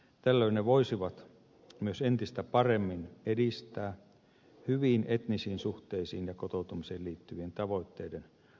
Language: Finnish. tällöin ne voisivat myös entistä paremmin edistää hyviin etnisiin suhteisiin ja kotoutumiseen liittyvien tavoitteiden valtavirtaistamista